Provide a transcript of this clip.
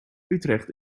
utrecht